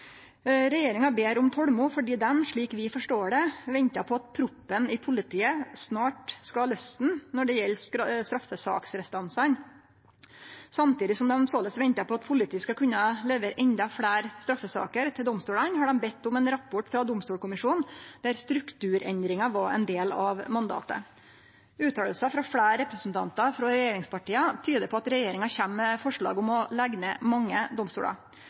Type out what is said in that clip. Regjeringa ber om tolmod, fordi dei, slik vi forstår det, ventar på at proppen i politiet snart skal lausne når det gjeld straffesaksrestansane. Samtidig som dei såleis ventar på at politiet skal kunne levere endå fleire straffesaker til domstolane, har dei bedt om ein rapport frå Domstolkommisjonen der strukturendringar var ein del av mandatet. Uttaler frå fleire representantar frå regjeringspartia tyder på at regjeringa kjem med forslag om å leggje ned mange domstolar.